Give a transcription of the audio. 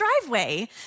driveway